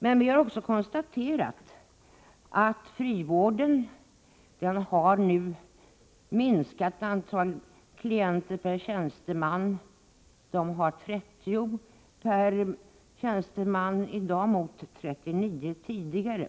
Men vi har också konstaterat att antalet klienter per tjänsteman nu har minskat inom frivården. De har 30 klienter per tjänsteman i dag, mot 39 tidigare.